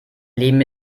leben